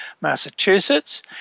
Massachusetts